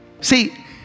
See